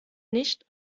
nicht